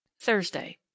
Thursday